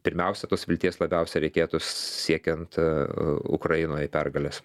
pirmiausia tos vilties labiausia reikėtų siekiant ukrainoje pergalės